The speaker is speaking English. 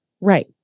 Right